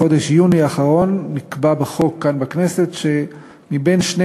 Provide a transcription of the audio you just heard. בחודש יוני האחרון נקבע בחוק כאן בכנסת שמבין שני